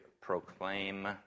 proclaim